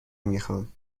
میخام